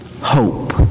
hope